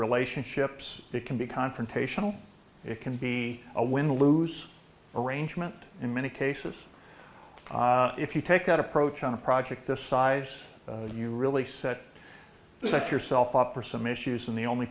relationships it can be confrontational it can be a win lose arrangement in many cases if you take that approach on a project this size you really set the set yourself up for some issues and the only